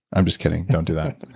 i'm just kidding, don't do that